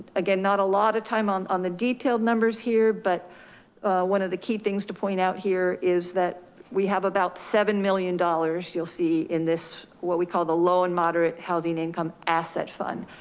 again, not a lot of time on on the detailed numbers here, but one of the key things to point out here is that we have about seven million dollars. you'll see, in this, what we call the low and moderate housing income asset fund,